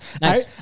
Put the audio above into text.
Nice